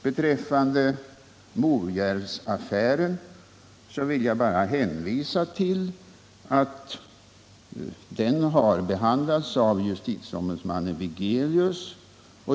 Beträffande Morjärvsaffären vill jag bara hänvisa till att den har behandlats av justitieombudsmannen Wigelius.